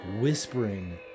Whispering